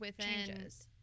Changes